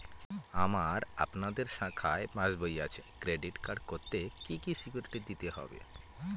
আমার আপনাদের শাখায় পাসবই আছে ক্রেডিট কার্ড করতে কি কি সিকিউরিটি দিতে হবে?